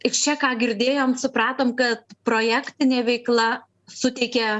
iš čia ką girdėjom supratom kad projektinė veikla suteikia